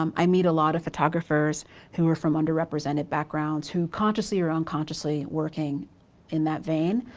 um i meet a lot of photographers who are from underrepresented backgrounds who consciously or unconsciously working in that vein.